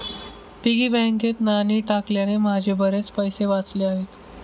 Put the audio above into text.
piggy बँकेत नाणी टाकल्याने माझे बरेच पैसे वाचले आहेत